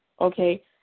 okay